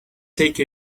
take